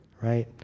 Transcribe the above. right